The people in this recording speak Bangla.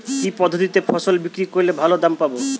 কি পদ্ধতিতে ফসল বিক্রি করলে ভালো দাম পাব?